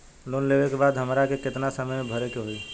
Loan लेवे के बाद हमरा के कितना समय मे भरे के होई?